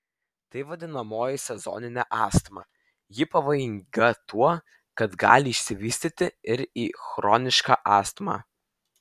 tai vadinamoji sezoninė astma ji pavojinga tuo kad gali išsivystyti ir į chronišką astmą